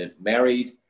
married